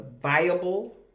viable